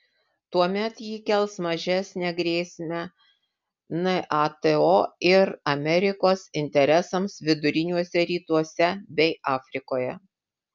tuomet ji kels mažesnę grėsmę nato ir amerikos interesams viduriniuose rytuose bei afrikoje